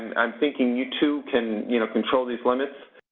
and i'm thinking you, too, can you know control these limits.